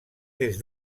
des